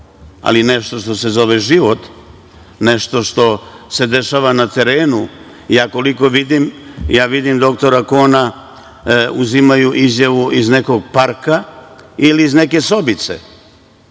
struka. Nešto što se zove život, nešto što se dešava na terenu, ja koliko vidim, vidim doktora Kona uzimaju izjavu iz nekog parka ili iz neke sobice,